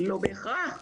לא בהכרח,